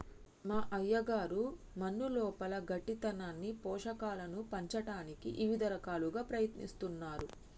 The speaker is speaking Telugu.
మా అయ్యగారు మన్నులోపల గట్టితనాన్ని పోషకాలను పంచటానికి ఇవిద రకాలుగా ప్రయత్నిస్తున్నారు